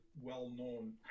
well-known